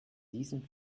diesem